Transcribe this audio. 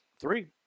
Three